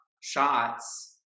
shots